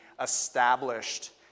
established